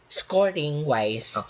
scoring-wise